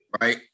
right